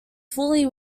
fully